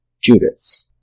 Judith